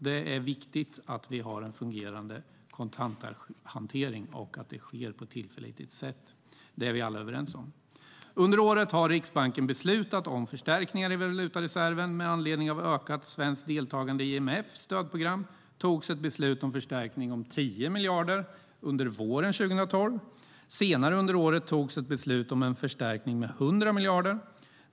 Det är viktigt att vi har en fungerande kontanthantering och att den sker på ett tillförlitligt sätt; det är vi alla överens om. Under året har Riksbanken beslutat om förstärkningar i valutareserven. Med anledning av ökat svenskt deltagande i IMF:s stödprogram togs beslut om en förstärkning med 10 miljarder under våren 2012, och senare under året togs ett beslut om en förstärkning med 100 miljarder.